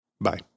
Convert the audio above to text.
Bye